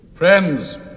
Friends